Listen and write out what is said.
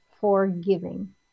Forgiving